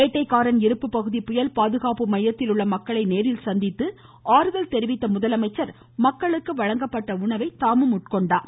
வேட்டைக்காரன் இருப்பு பகுதி புயல் பாதுகாப்பு மையத்தில் உள்ள மக்களை நேரில் சந்தித்து ஆறுதல் தெரிவித்த முதலமைச்சர் மக்களுக்கு வழங்கப்பட்ட உணவை தாமும் உட்கொண்டார்